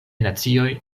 nacioj